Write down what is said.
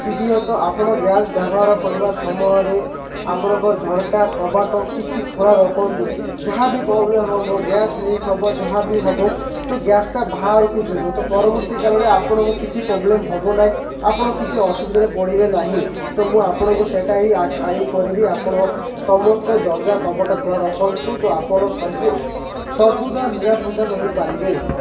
ଦ୍ଵିତୀୟତଃ ଆପଣ ଗ୍ୟାସ୍ ବ୍ୟବହାର କରିବା ସମୟରେ ଆପଣଙ୍କ ଝରକା କବାଟ କିଛି ଖୋଲା ରଖନ୍ତୁ ଯାହା ବି ପ୍ରୋବ୍ଲେମ୍ ହବ ଗ୍ୟାସ୍ ଲିକ୍ ହବ ଯାହା ବି ହବ ତ ଗ୍ୟାସ୍ଟା ବାହାରକୁ ଯିବ ତ ପରବର୍ତ୍ତୀ କାଳରେ ଆପଣଙ୍କ କିଛି ପ୍ରୋବ୍ଲେମ୍ ହବ ନାହିଁ ଆପଣ କିଛି ଅସୁବିଧାରେ ପଡ଼ିବେ ନାହିଁ ତ ମୁଁ ଆପଣଙ୍କୁ ସେଟା ହିଁ କରିବି ଆପଣ ସମସ୍ତ କବାଟ ଖୋଲା ରଖନ୍ତୁ ତ ଆପଣ ନିରାପଦ ରହିପାରିବେ